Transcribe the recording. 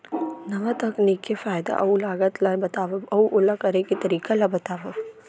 नवा तकनीक के फायदा अऊ लागत ला बतावव अऊ ओला करे के तरीका ला बतावव?